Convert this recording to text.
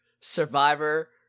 survivor